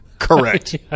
Correct